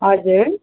हजुर